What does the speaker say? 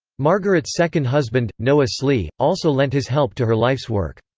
margaret's second husband, noah slee, also lent his help to her life's work.